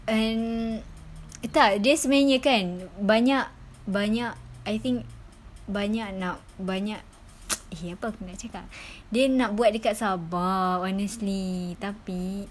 and tak dia sebenarnya kan banyak banyak I think banyak banyak eh apa aku nak cakap dia nak buat dekat sabah honestly tapi